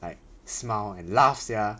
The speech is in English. like smile and laugh sia